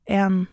en